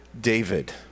David